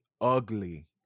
ugly